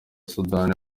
sudani